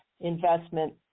investment